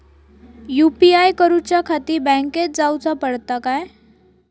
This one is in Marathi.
यू.पी.आय करूच्याखाती बँकेत जाऊचा पडता काय?